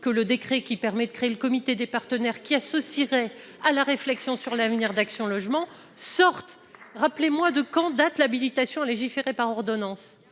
que le décret qui permet de créer le comité des partenaires qui associerait à la réflexion sur l'avenir d'Action Logement sorte rappelez-moi de quand date l'habilitation à légiférer par ordonnances,